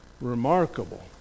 Remarkable